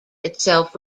itself